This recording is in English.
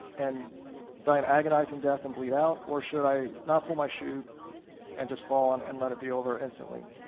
and die an agonizing death and bleed out, or should i not pull my chute and just fall and and let it be over instantly.